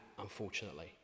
unfortunately